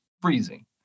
freezing